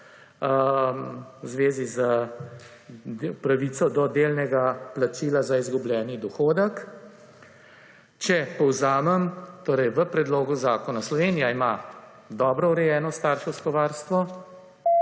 v zvezi s pravico do delnega plačila za izgubljeni dohodek. Če povzamem, torej v Predlogu zakona, Slovenija ima dobro urejeno starševsko varstvo.